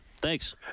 Thanks